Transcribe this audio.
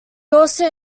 also